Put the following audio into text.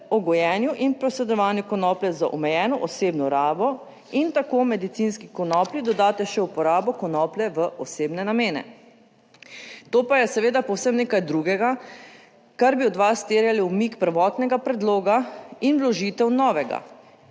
o gojenju in posredovanju konoplje z omejeno osebno rabo in tako medicinski konoplji dodate še uporabo konoplje v osebne namene. To pa je seveda povsem nekaj drugega, kar bi od vas terjalo umik prvotnega predloga in vložitev novega.